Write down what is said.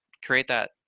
create that,